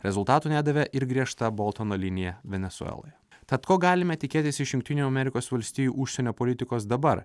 rezultatų nedavė ir griežta boltono linija venesueloje tad ko galime tikėtis iš jungtinių amerikos valstijų užsienio politikos dabar